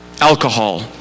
alcohol